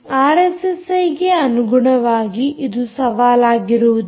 ಇಲ್ಲಿ ಆರ್ಎಸ್ಎಸ್ಐಗೆ ಅನುಗುಣವಾಗಿ ಇದು ಸವಾಲಾಗಿರುವುದಿಲ್ಲ